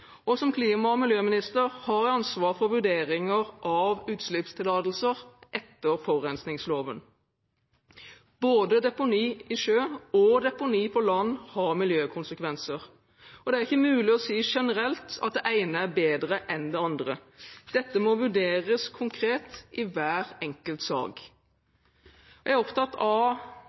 Som klima- og miljøminister har jeg ansvar for vurderinger av utslippstillatelser etter forurensningsloven. Både deponi i sjø og deponi på land får miljøkonsekvenser. Det er ikke mulig å si generelt at det ene er bedre enn det andre. Dette må vurderes konkret i hver enkelt sak. Jeg er opptatt av